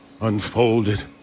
unfolded